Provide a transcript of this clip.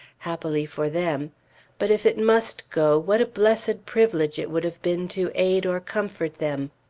happily for them but if it must go, what a blessed privilege it would have been to aid or comfort them!